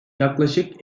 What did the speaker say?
yaklaşık